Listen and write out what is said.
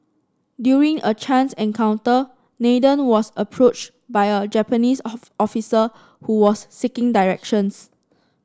during a chance encounter Nathan was approached by a Japanese officer who was seeking directions